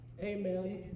Amen